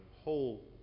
whole